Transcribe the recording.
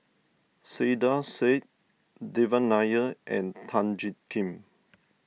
Saiedah Said Devan Nair and Tan Jiak Kim